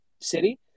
city